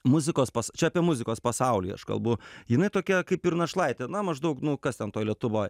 muzikos pas čia apie muzikos pasaulį aš kalbu jinai tokia kaip ir našlaitė na maždaug nu kas ten toj lietuvoj